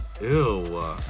Ew